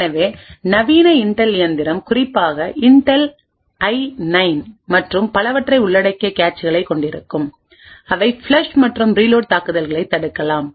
எனவே நவீன இன்டெல் இயந்திரம் குறிப்பாக இன்டெல்ஐ9 மற்றும் பலவற்றையும் உள்ளடக்கிய கேச்களைக் கொண்டிருக்கிறது அவை ஃப்ளஷ் மற்றும் ரீலோட் தாக்குதல்களைத் தடுக்கலாம்